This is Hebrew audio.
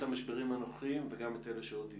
המשברים הנוכחיים וגם את אלה שעוד יהיו.